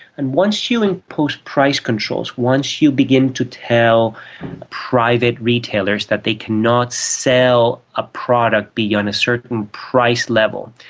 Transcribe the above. and once you impose price controls, once you begin to tell private retailers that they cannot sell a product beyond a certain price level,